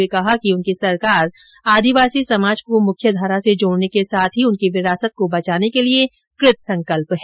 उन्होंने कहा कि उनकी सरकार आदिवासी समाज को मुख्यधारा से जोडने के साथ ही उनकी विरासत को बचाने के लिये कृतसंकल्प है